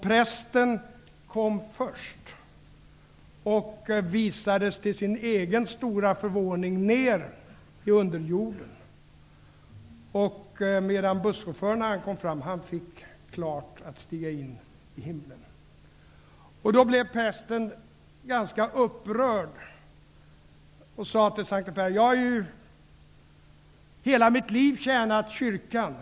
Prästen kom först och visades till sin egen stora förvåning ner i underjorden, medan busschauffören när han kom fram fick stiga in i himlen. Då blev prästen ganska upprörd och sade till Sankte Per: Jag har ju i hela mitt liv tjänat kyrkan.